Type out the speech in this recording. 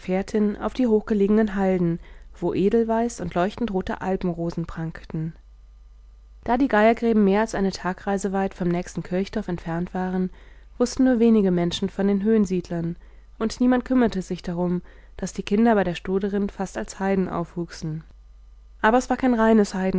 auf die hochgelegenen halden wo edelweiß und leuchtend rote alpenrosen prangten da die geiergräben mehr als eine tagreise weit vom nächsten kirchdorf entfernt waren wußten nur wenige menschen von den höhlensiedlern und niemand kümmerte sich darum daß die kinder bei der stoderin fast als heiden aufwuchsen aber es war kein reines